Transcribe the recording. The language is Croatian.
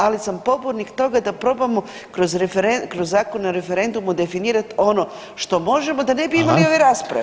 Ali sam pobornik toga da probamo kroz zakon o referendumu definirati ono što možemo da ne bi imali ove rasprave.